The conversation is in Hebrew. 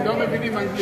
הם לא מבינים אנגלית.